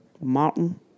Martin